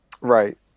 Right